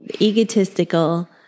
Egotistical